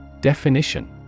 Definition